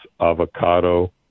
avocado